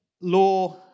law